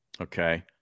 Okay